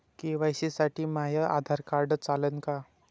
KYC साठी माह्य Aadhaar card चालन का?